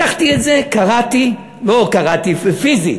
לקחתי את זה, קראתי, לא קרעתי פיזית.